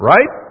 Right